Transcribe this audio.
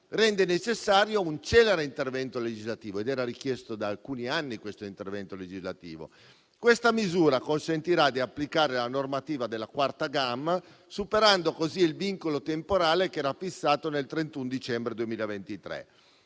rende necessario un celere intervento legislativo, richiesto da alcuni anni. Questa misura consentirà di applicare la normativa della quarta gamma superando così il vincolo temporale fissato al 31 dicembre 2023.